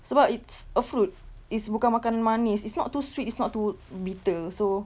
sebab it's a fruit it's bukan makanan manis it's not too sweet it's not too bitter so